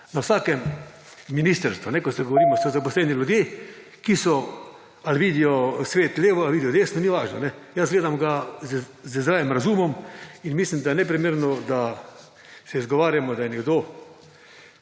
na vsakem ministrstvu, ko govorimo, so / znak za konec razprave/ zaposleni ljudje, ki so. Ali vidijo svet levo ali vidijo desno ni važno. Jaz gledam ga z zdravim razumom in mislim, da je neprimerno, da se izgovarjamo, da je nekdo